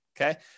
okay